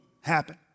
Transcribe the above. happen